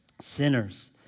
Sinners